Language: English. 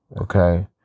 Okay